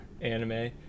anime